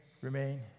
remain